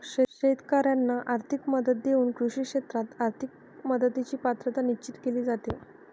शेतकाऱ्यांना आर्थिक मदत देऊन कृषी क्षेत्रात आर्थिक मदतीची पात्रता निश्चित केली जाते